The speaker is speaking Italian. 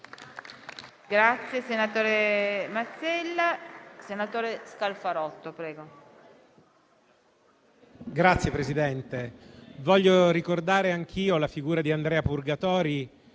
Signor Presidente, voglio ricordare anch'io la figura di Andrea Purgatori,